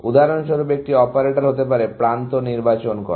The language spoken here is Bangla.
উদাহরণস্বরূপ একটি অপারেটর হতে পারে প্রান্ত নির্বাচন করা